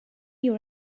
you